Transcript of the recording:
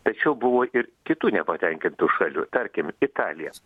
tačiau buvo ir kitų nepatenkintų šalių tarkim italija